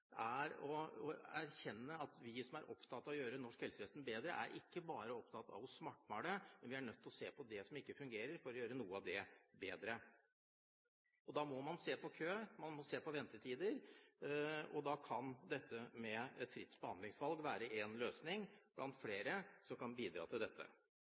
er å erkjenne at vi som er opptatt av å gjøre norsk helsevesen bedre, er ikke bare opptatt av å svartmale, men vi er nødt å se på det som ikke fungerer, for å gjøre noe av det bedre. Da må man se på kø og ventetider, og da kan dette med fritt behandlingsvalg være én løsning blant flere som kan bidra til dette.